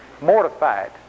Mortified